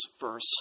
verse